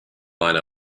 line